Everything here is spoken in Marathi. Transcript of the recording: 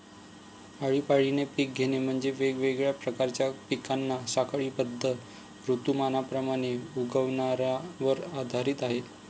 आळीपाळीने पिक घेणे म्हणजे, वेगवेगळ्या प्रकारच्या पिकांना साखळीबद्ध ऋतुमानाप्रमाणे उगवण्यावर आधारित आहे